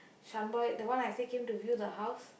Shaan boy the one I say came to view the house